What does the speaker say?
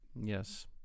Yes